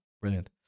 brilliant